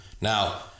Now